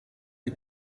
die